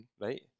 right